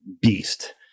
beast